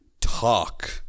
talk